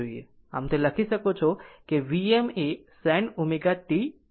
તો લખી શકો છો Vm એ sin ω t છે